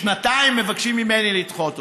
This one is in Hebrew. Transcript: שנתיים מבקשים ממני לדחות אותה.